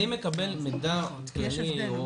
אני מקבל מידע כללי.